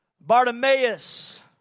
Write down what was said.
Bartimaeus